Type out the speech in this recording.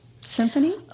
Symphony